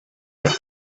the